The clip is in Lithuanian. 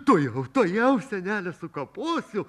tuojau tuojau senelę sukaposiu